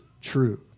true